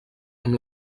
amb